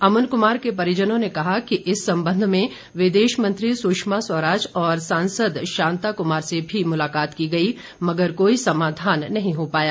अमन कुमार के परिजनों ने कहा कि इस संबंध में विदेश मंत्री सुषमा स्वराज और सांसद शांता कुमार से भी मुलाकात की गई मगर कोई समाधान नहीं हो पाया